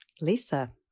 Lisa